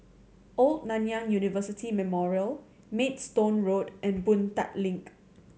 Old Nanyang University Memorial Maidstone Road and Boon Tat Link